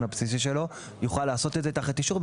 הבסיסי שלו יוכל לעשות את זה תחת אישור,